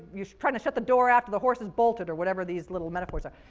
you're trying to shut the door after the horse has bolted, or whatever these little metaphors are.